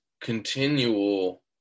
continual